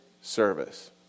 service